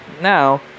now